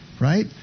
right